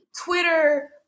Twitter